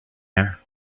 here